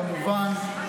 כמובן,